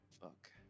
Fuck